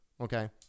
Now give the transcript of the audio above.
Okay